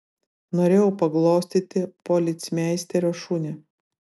norėjau paglostyti policmeisterio šunį